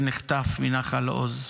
שנחטף מנחל עוז,